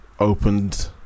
opened